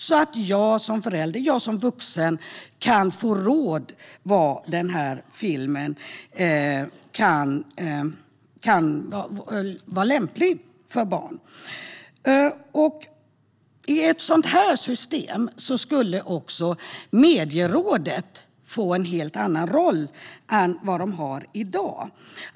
Då kan jag som förälder och jag som vuxen få råd: Är filmen lämplig för barn? I ett sådant system skulle Medierådet få en helt annan roll än vad det har i dag.